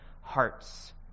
hearts